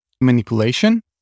manipulation